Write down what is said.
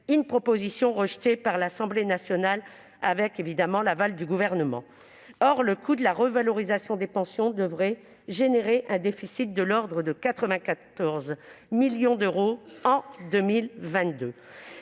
Cette proposition a été rejetée par l'Assemblée nationale avec, évidemment, l'aval du Gouvernement. Or le coût de la revalorisation des pensions devrait entraîner, en 2022, un déficit de l'ordre de 94 millions d'euros.